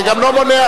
זה גם לא מונע,